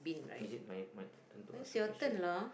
is it my my turn to ask you question